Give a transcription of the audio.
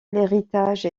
l’héritage